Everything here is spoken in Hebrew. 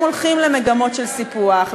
אתם הולכים למגמות של סיפוח,